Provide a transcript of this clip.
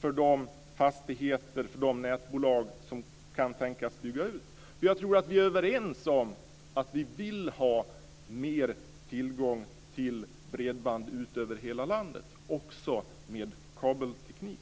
för de fastigheter och för de nätbolag som kan tänkas bygga ut? Jag tror att vi är överens om att vi vill ha mer tillgång till bredband ut över hela landet, också med kabelteknik.